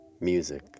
Music